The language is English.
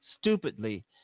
stupidly